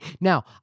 Now